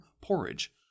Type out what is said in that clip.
porridge